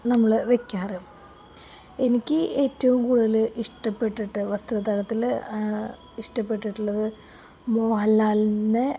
നമ്മള് വെയ്ക്കാറ് എനിക്ക് ഏറ്റവും കൂടുതല് ഇഷ്ടപ്പെട്ടിട്ട് വസ്ത്രധാരണത്തില് ഇഷ്ടപ്പെട്ടിട്ടുള്ളത് മോഹലാലിന്റെ